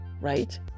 Right